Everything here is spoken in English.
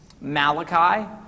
Malachi